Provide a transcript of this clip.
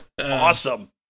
Awesome